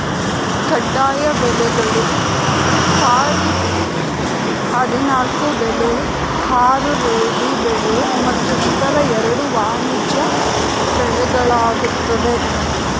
ಕಡ್ಡಾಯ ಬೆಳೆಗಳು ಖಾರಿಫ್ನ ಹದಿನಾಲ್ಕು ಬೆಳೆ ಆರು ರಾಬಿ ಬೆಳೆ ಮತ್ತು ಇತರ ಎರಡು ವಾಣಿಜ್ಯ ಬೆಳೆಗಳಾಗಯ್ತೆ